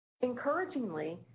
Encouragingly